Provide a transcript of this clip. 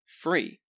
free